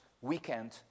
Weekend